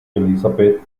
elisabeth